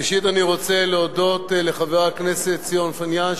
ראשית אני רוצה להודות לחבר הכנסת ציון פיניאן,